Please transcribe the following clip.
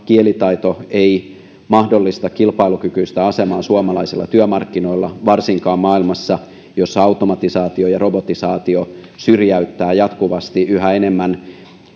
kielitaito eivät mahdollista kilpailukykyistä asemaa suomalaisilla työmarkkinoilla varsinkaan maailmassa jossa automatisaatio ja robotisaatio syrjäyttävät jatkuvasti yhä enemmän